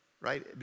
right